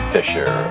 Fisher